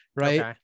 Right